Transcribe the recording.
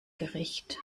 gericht